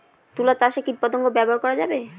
তুলা চাষে কীটপতঙ্গ ব্যবহার করা যাবে?